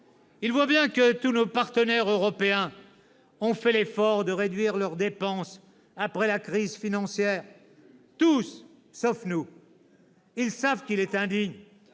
Ils voient bien que tous nos partenaires européens ont fait l'effort de réduire leurs dépenses après la crise financière. Tous, sauf nous. Ils savent qu'il est indigne